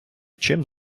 чим